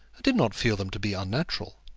did not feel them to be unnatural.